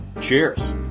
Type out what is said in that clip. Cheers